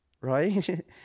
Right